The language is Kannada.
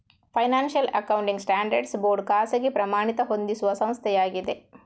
ಫೈನಾನ್ಶಿಯಲ್ ಅಕೌಂಟಿಂಗ್ ಸ್ಟ್ಯಾಂಡರ್ಡ್ಸ್ ಬೋರ್ಡ್ ಖಾಸಗಿ ಪ್ರಮಾಣಿತ ಹೊಂದಿಸುವ ಸಂಸ್ಥೆಯಾಗಿದೆ